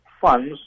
funds